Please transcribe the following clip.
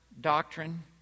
doctrine